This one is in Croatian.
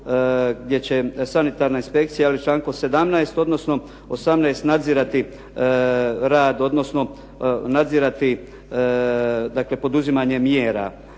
gdje će sanitarna inspekcija člankom 17. odnosno 18. nadzirati rad odnosno nadzirati dakle poduzimanje mjera